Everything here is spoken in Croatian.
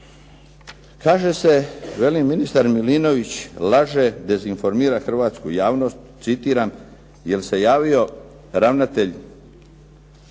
Kaže se veli ministar Milinović, laže dezinformira hrvatsku javnost, citiram "jel se javio ravnatelj